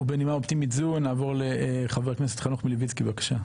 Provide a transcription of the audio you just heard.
ובנימה אופטימית זו נעבור לחבר הכנסת חנוך מילביצקי בבקשה.